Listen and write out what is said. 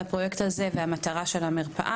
הפרויקט הזה ומה היא המטרה של המרפאה?